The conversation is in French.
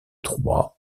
troyes